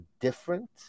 different